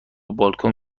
بالکن